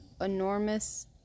enormous